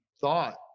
thought